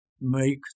make